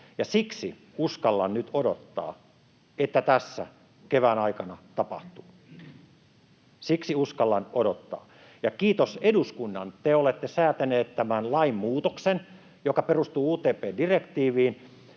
siksi uskallan nyt odottaa, että tässä kevään aikana tapahtuu — siksi uskallan odottaa. Ja kiitos eduskunnan: te olette säätäneet tämän lainmuutoksen, joka perustuu UTP-direktiiviin,